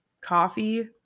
Coffee